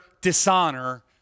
dishonor